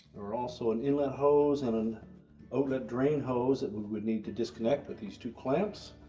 or also an inlet hose, and an outlet drain hose that we will need to disconnect with these two clamps,